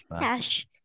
Cash